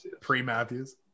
Pre-Matthews